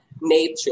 nature